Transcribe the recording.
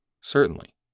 Certainly